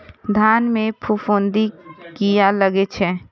धान में फूफुंदी किया लगे छे?